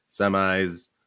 semis